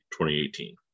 2018